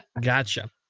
gotcha